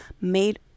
made